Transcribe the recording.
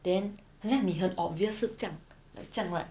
then 好像你很 obvious 是这样 like 这样 right